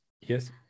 Yes